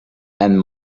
and